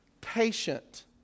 patient